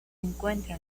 encuentra